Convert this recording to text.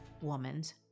woman's